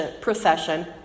procession